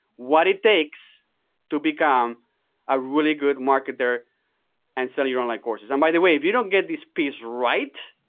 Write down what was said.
what it takes to become a really good marketer in and selling your online courses. and by the way, if you don't get this piece right,